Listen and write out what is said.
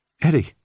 Eddie